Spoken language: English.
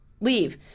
leave